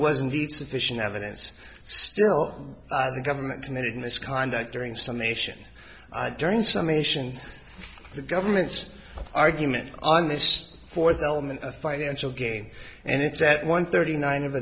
wasn't insufficient evidence still a government committed misconduct during some nation during some ation the government's argument on this just for the element of financial gain and it's that one thirty nine of